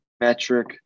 metric